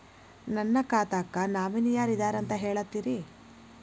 ನನ್ನ ಖಾತಾಕ್ಕ ನಾಮಿನಿ ಯಾರ ಇದಾರಂತ ಹೇಳತಿರಿ?